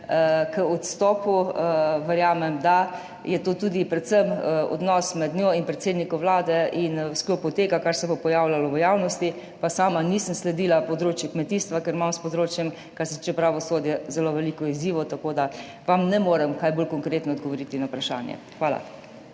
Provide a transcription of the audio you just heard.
k odstopu. Verjamem, da je to tudi predvsem odnos med njo in predsednikom Vlade. V sklopu tega, kar se je pojavljalo v javnosti, pa sama nisem sledila področju kmetijstva, ker imam s področjem, kar se tiče pravosodja, zelo veliko izzivov, tako da vam ne morem kaj bolj konkretno odgovoriti na vprašanje. Hvala.